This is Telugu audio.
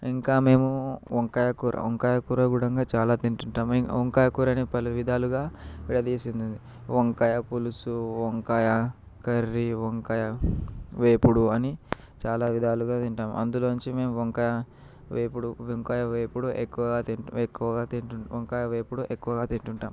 ఇంకా మేము వంకాయ కూర వంకాయ కూర కూడంగా చాలా తింటుంటాము వంకాయ కూర పలు విధాలుగా వంకాయ పులుసు వంకాయ కర్రీ వంకాయ వేపుడు అని చాలా విధాలుగా తింటాము అందులో నుంచి మేము వంకాయ వేపుడు వంకాయ వేపుడు ఎక్కువగా తింటాం ఎక్కువగా తింటాం వంకాయ వేపుడు ఎక్కువగా తింటుంటాము